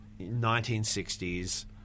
1960s